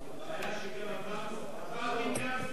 הבעיה היא שהבנקים גם סגורים.